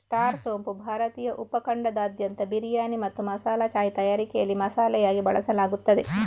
star ಸೋಂಪು ಭಾರತೀಯ ಉಪ ಖಂಡದಾದ್ಯಂತ ಬಿರಿಯಾನಿ ಮತ್ತು ಮಸಾಲಾ ಚಾಯ್ ತಯಾರಿಕೆಯಲ್ಲಿ ಮಸಾಲೆಯಾಗಿ ಬಳಸಲಾಗುತ್ತದೆ